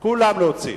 את כולם להוציא.